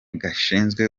gashinzwe